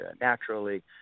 naturally